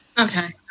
Okay